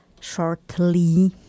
shortly